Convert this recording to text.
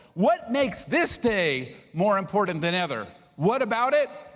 what makes this day more important than ever? what about it?